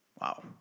Wow